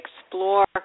explore